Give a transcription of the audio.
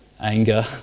anger